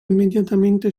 immediatamente